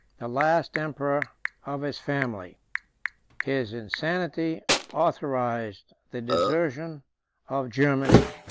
the last emperor of his family his insanity authorized the desertion of germany,